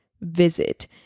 visit